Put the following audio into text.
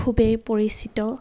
খুবেই পৰিচিত